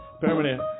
Permanent